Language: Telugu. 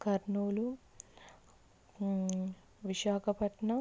కర్నూలు విశాఖపట్నం